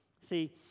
See